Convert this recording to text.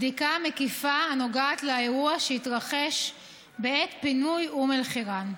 בדיקה מקיפה הנוגעת לאירוע שהתרחש בעת פינוי אום אל-חיראן.